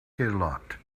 heelot